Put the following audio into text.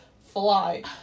fly